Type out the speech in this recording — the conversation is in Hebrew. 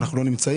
אנחנו לא נמצאים,